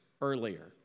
earlier